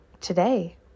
today